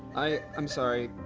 i'm sorry.